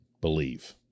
believe